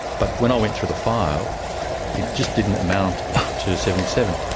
but when i went through the file it just didn't amount to seventy seven.